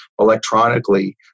electronically